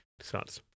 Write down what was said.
starts